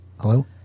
Hello